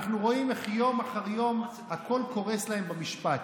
אנחנו רואים איך יום אחר יום הכול קורס להם במשפט.